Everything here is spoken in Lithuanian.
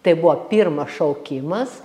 tai buvo pirmas šaukimas